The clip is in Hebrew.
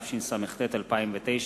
התשס"ט 2009,